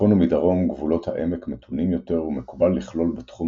מצפון ומדרום גבולות העמק מתונים יותר ומקובל לכלול בתחום